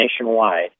nationwide